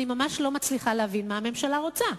אני ממש לא מצליחה להבין מה הממשלה רוצה,